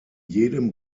jedem